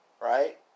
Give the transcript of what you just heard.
right